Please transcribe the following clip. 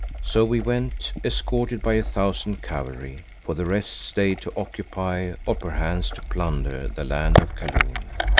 so we went, escorted by a thousand cavalry, for the rest stayed to occupy, or perchance to plunder, the land of kaloon.